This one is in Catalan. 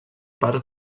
parts